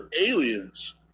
aliens